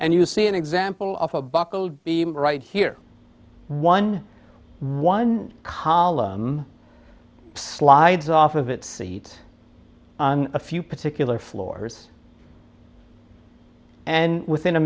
and you see an example of a buckled beam right here one one column slides off of it seat and a few particular floors and within a